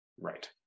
Right